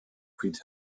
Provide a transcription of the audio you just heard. pryd